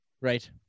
Right